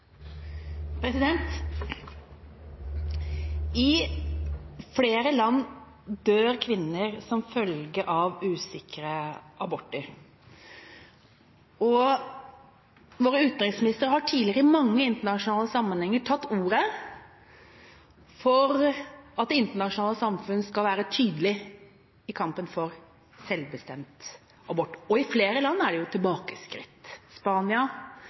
I flere land dør kvinner som følge av usikre aborter. Vår utenriksminister har tidligere i mange internasjonale sammenhenger tatt til orde for at det internasjonale samfunn skal være tydelig i kampen for selvbestemt abort. I flere land har det jo skjedd tilbakeskritt, f.eks. i Spania,